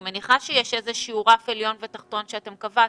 אני מניחה שיש איזשהו רף עליון ותחתון שקבעתם.